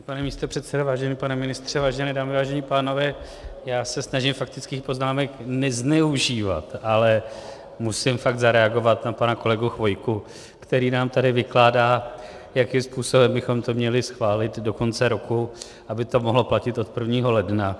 Vážený pane místopředsedo, vážený pane ministře, vážené dámy, vážení pánové, já se snažím faktických poznámek nezneužívat, ale musím fakt zareagovat na pana kolegu Chvojku, který nám tady vykládá, jakým způsobem bychom to měli schválit do konce roku, aby to mohlo platit od 1. ledna.